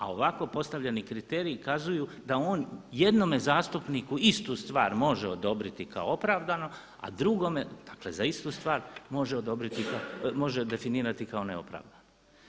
A ovako postavljeni kriteriji ukazuju da on jednome zastupniku istu stvar može odobriti kao opravdano a drugome, dakle za istu stvar može odobriti, može definirati kao neopravdano.